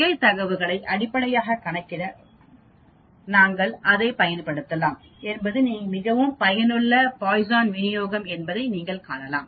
நிகழ்வுகளை அடிப்படையாகக் கணக்கிட நாங்கள் அதைப் பயன்படுத்தலாம் என்பது மிகவும் பயனுள்ள பாய்சான் விநியோகம் என்பதை நீங்கள் காணலாம்